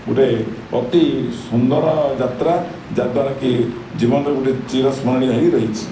ଗୋଟେ ଅତି ସୁନ୍ଦର ଯାତ୍ରା ଯାହାଦ୍ଵାରା କି ଜୀବନରେ ଗୋଟେ ଚିରସ୍ମରଣୀୟ ହେଇ ରହିଛି